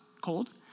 cold